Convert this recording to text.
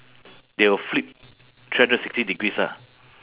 they will flip three hundred sixty degrees ah